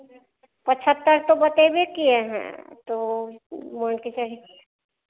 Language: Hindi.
पचहत्तर तो बतइएबे किए हैं तो मोन के चाहिए